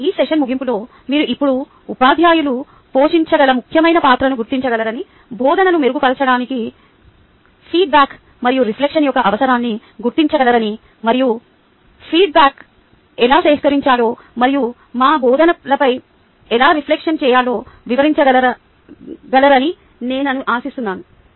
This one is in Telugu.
ఈ సెషన్ ముగింపులో మీరు ఇప్పుడు ఉపాధ్యాయులు పోషించగల ముఖ్యమైన పాత్రను గుర్తించగలరని బోధనను మెరుగుపరచడానికి ఫీడ్బ్యాక్ మరియు రిఫ్లెక్షన్ యొక్క అవసరాన్ని గుర్తించగలరని మరియు ఫీడ్బ్యాక్ ఎలా సేకరించాలో మరియు మా బోధనపై ఎలా రిఫ్లెక్షన్ చేయాలో వివరించగలరని నేను ఆశిస్తున్నాను